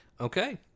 Okay